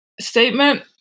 statement